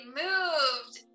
moved